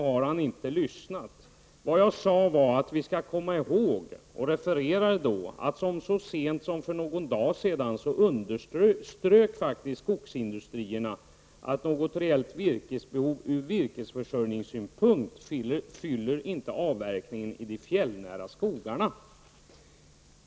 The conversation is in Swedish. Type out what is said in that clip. Jag refererade att skogsindustrin så sent som för några dagar sedan underströk att avverkningen i de fjällnära skogarna inte fyller något reellt virkesbehov ur virkesförsörjningssynpunkt.